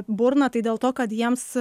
burną tai dėl to kad jiems